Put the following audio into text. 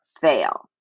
fail